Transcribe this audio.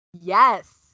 Yes